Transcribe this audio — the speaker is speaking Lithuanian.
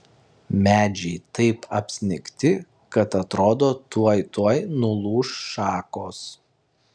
medžiai taip apsnigti kad atrodo tuoj tuoj nulūš šakos